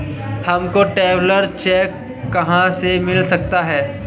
हमको traveller cheque कहाँ से मिल सकता है?